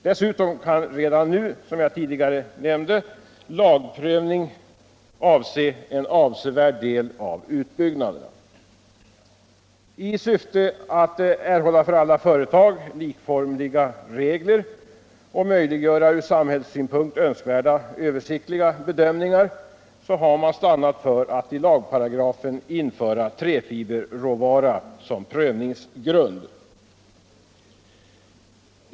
Dessutom kan redan nu, som jag tidigare nämnde, lagprövning avse en avsevärd del av utbyggnaderna. I syfte att erhålla för alla företag likformiga regler och möjliggöra ur samhällssynpunkt önskvärda översiktliga bedömningar, har man stannat för att i lagparagrafen införa träfiberråvara som prövningsgrund.